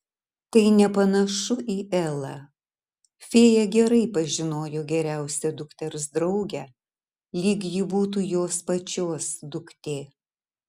tai nepanašu į elą fėja gerai pažinojo geriausią dukters draugę lyg ji būtų jos pačios duktė